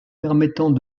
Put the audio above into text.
permettant